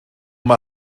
mae